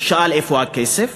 שאל איפה הכסף